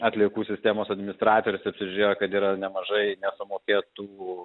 atliekų sistemos administratorius apsižiūrėjo kad yra nemažai nesumokėtų